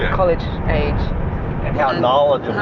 college age and how knowledgeable.